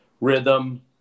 rhythm